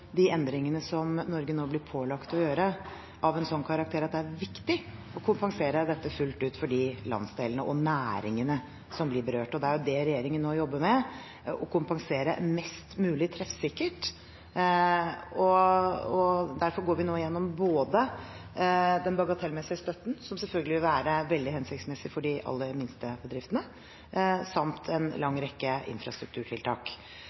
de endringene som Norge nå blir pålagt å gjøre, av en sånn karakter at det er viktig å kompensere dem fullt ut for de landsdelene og de næringene som blir berørt. Det regjeringen nå jobber med, er å kompensere mest mulig treffsikkert. Derfor går vi nå igjennom både den bagatellmessige støtten – som selvfølgelig vil være veldig hensiktsmessig for de aller minste bedriftene – og en